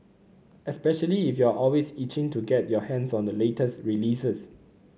especially if you're always itching to get your hands on the latest releases